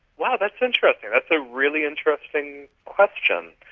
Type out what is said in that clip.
well that's interesting. that's a really interesting question.